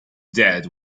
dead